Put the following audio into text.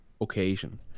occasion